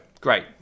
Great